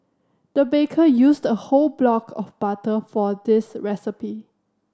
the baker used a whole block of butter for this recipe